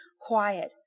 quiet